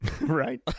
Right